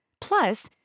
Plus